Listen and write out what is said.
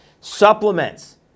Supplements